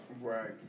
Right